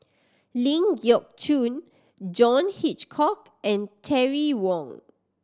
Ling Geok Choon John Hitchcock and Terry Wong